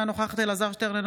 אינה נוכחת אלעזר שטרן,